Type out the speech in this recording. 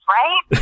right